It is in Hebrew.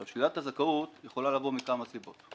שלילת הזכאות יכולה לבוא מכמה סיבות: